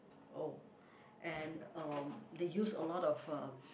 oh and um they use a lot of uh